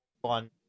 one